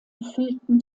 füllten